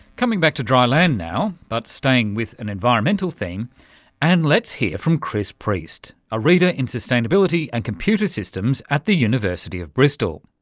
coming back to dry land now, but staying with an environmental theme and let's hear now from chris preist, a reader in sustainability and computer systems at the university of bristol.